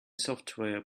software